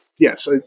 Yes